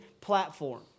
platform